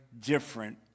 different